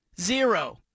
Zero